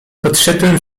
podszedłem